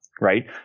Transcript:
right